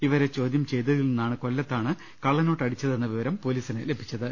ഇവരെ ചോദ്യം ചെയ്തതിൽ ട നിന്നാണ് കൊല്ലത്താണ് കള്ളനോട്ട് അടിച്ചതെന്ന വിവരം പൊലീസിന് ലഭിച്ചത്